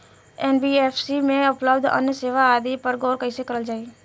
NBFC में उपलब्ध अन्य सेवा आदि पर गौर कइसे करल जाइ?